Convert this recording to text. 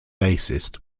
bassist